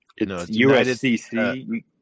USCC